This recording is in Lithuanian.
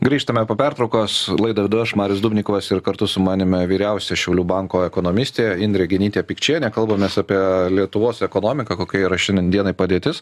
grįžtame po pertraukos laidą vedu aš marius dubnikovas ir kartu su manimi vyriausia šiaulių banko ekonomistė indrė genytė pikčienė kalbamės apie lietuvos ekonomiką kokia yra šiandien dienai padėtis